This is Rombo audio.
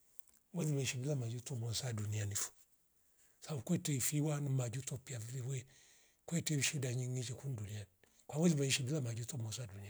Mwoli meshila majuto moza duniani fo sau kwete ifiwa na majuto pia viriwe kwete ushida nyingi za kundulia kwa weli liveishindilia majuto moza dunia